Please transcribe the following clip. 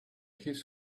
his